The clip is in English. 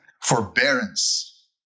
forbearance